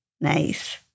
Nice